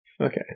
Okay